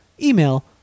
email